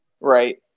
right